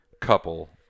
couple